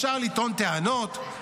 אפשר לטעון טענות,